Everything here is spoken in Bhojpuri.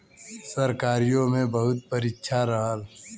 सरकारीओ मे बहुत परीक्षा रहल